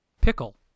Pickle